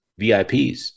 VIPs